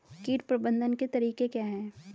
कीट प्रबंधन के तरीके क्या हैं?